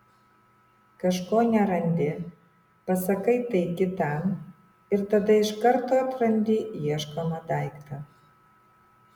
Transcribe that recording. kažko nerandi pasakai tai kitam ir tada iš karto atrandi ieškomą daiktą